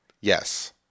Yes